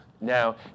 Now